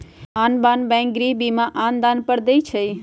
आन आन बैंक गृह बीमा आन आन दर पर दइ छै